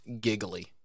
giggly